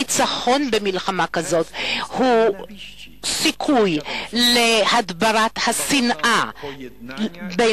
הניצחון במאבק כזה יוצר סיכוי להתגברות על דעות קדומות ולעתים קרובות,